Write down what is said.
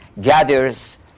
gathers